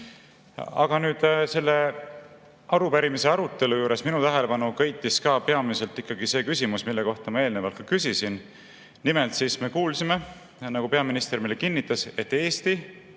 Aga nüüd selle arupärimise arutelu juures köitis minu tähelepanu peamiselt ikkagi see küsimus, mille kohta ma eelnevalt ka küsisin. Nimelt, me kuulsime, nagu peaminister meile kinnitas – ma